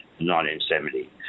1970